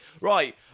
Right